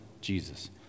Jesus